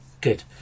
Good